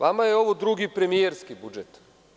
Vama je ovo drugi premijerski budžet.